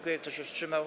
Kto się wstrzymał?